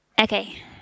Okay